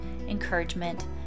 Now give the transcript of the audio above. encouragement